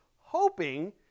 hoping